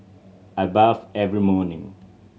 I bathe every morning